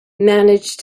manage